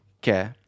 que